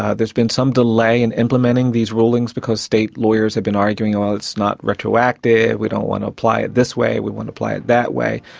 ah there's been some delay in implementing these rulings, because state lawyers have been arguing, oh, it's not retroactive, we don't want to apply it this way, we want to apply it that way.